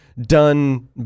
done